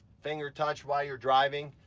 finger touch while you're driving,